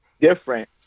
different